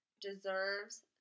deserves